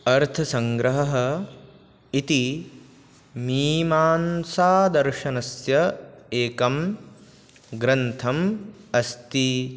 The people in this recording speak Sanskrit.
अर्थसङ्ग्रहः इति मीमांसादर्शनस्य एकः ग्रन्थः अस्ति